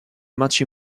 much